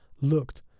looked